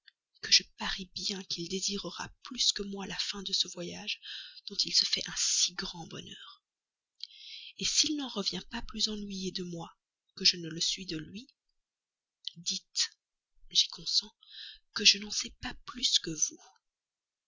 que je parie bien qu'il désirera plus que moi la fin de ce voyage dont il se fait un si grand bonheur s'il n'en revient pas plus ennuyé de moi que je ne le suis de lui dites j'y consens que je n'en sais pas plus que vous